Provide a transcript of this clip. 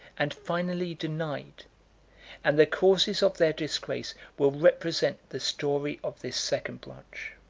and finally denied and the causes of their disgrace will represent the story of this second branch.